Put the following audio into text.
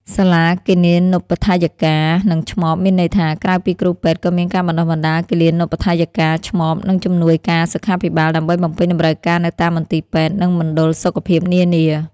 សាលាគិលានុបដ្ឋាយិកា និងឆ្មប មានន័យថា ក្រៅពីគ្រូពេទ្យក៏មានការបណ្ដុះបណ្ដាលគិលានុបដ្ឋាយិកា ឆ្មប និងជំនួយការសុខាភិបាល ដើម្បីបំពេញតម្រូវការនៅតាមមន្ទីរពេទ្យ និងមណ្ឌលសុខភាពនានា។